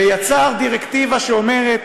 ויצר דירקטיבה שאומרת,